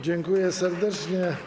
Dziękuję serdecznie.